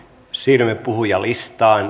siirrymme puhujalistaan